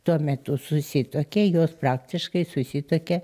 tuo metu susituokė jos praktiškai susituokė